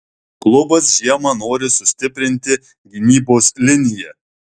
klubas žiemą nori sustiprinti gynybos liniją